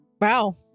Wow